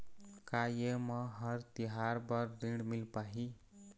का ये म हर तिहार बर ऋण मिल पाही?